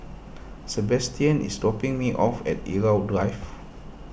Sebastian is dropping me off at Irau Drive